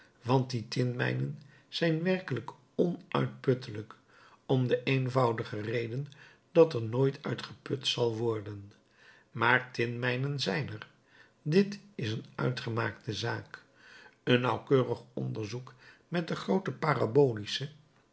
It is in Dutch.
want die tinmijnen zijn werkelijk onuitputtelijk om de eenvoudige reden dat er nooit uit geput zal worden maar tinmijnen zijn er dit is een uitgemaakte zaak een nauwkeurig onderzoek met den grooten